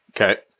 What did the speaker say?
Okay